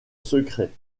secret